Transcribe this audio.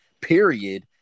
Period